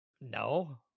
No